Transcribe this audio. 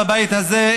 בבית הזה,